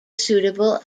suitable